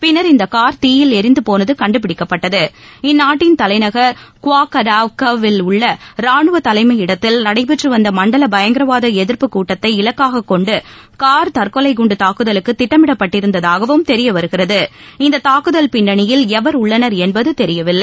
பின்னர் இந்த கார் தீயில் எரிந்தபோனது கண்டுபிடிக்கப்பட்டது இந்நாட்டின் தலைநகர் குவாகாடவ்கவ் ல் உள்ள ரானுவ தலைமையிடத்தில் நடைபெற்று வந்த மண்டல தற்கொலை குண்டு பயங்கரவாத எதிர்ப்பு கூட்டத்தை இலக்காக கொண்டு கார் தாக்குதலுக்கு திட்டமிடப்பட்டிருந்ததாகவும் தெரிய வருகிறது இந்த தாக்குதல் பிள்ளணியில் எவர் உள்ளனர் என்பது தெரியவில்லை